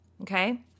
okay